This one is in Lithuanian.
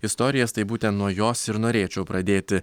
istorijas tai būtent nuo jos ir norėčiau pradėti